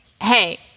hey